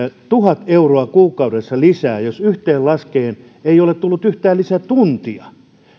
tuhat euroa kuukaudessa lisää jos yhteen laskien ei ole tullut yhtään lisätuntia